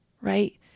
right